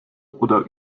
oder